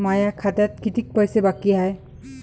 माया खात्यात कितीक पैसे बाकी हाय?